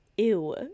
ew